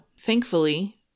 thankfully